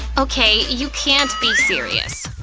okay, you can't be serious,